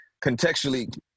contextually